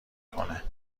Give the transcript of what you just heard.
کنه